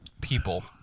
people